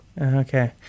Okay